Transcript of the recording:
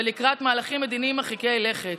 ולקראת מהלכים מדיניים מרחיקי לכת.